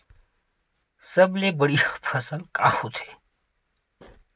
सबले बढ़िया फसल का होथे?